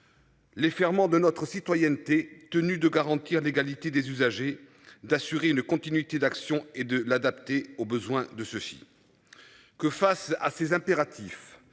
Les ferments de notre citoyenneté tenu de garantir l'égalité des usagers d'assurer une continuité d'action et de l'adapter aux besoins de ceux-ci. Que face à ces impératifs.